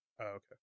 okay